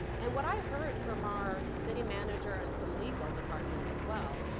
and what i heard from our city manager and from legal department as well,